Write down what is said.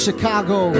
Chicago